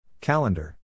Calendar